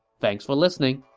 thanks for listening!